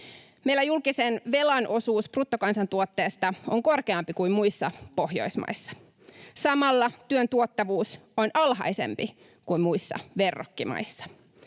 Meillä julkisen velan osuus bruttokansantuotteesta on korkeampi kuin muissa Pohjoismaissa. Samalla työn tuottavuus on alhaisempi kuin muissa verrokkimaissa.